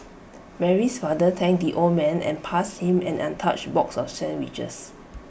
Mary's father thanked the old man and passed him an untouched box of sandwiches